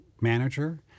manager